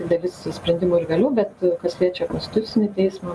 dalis sprendimų ir vėliau bet kas liečia konstitucinį teismą